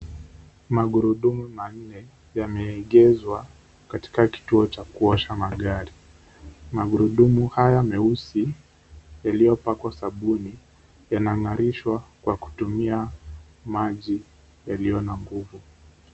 Magurudumu manne yameegezwa katika kituo cha kuosha magari. Magurudumu haya meusi yaliyopakwa sabuni yanangarishwa kwa kutumia maji yalio na nguvu.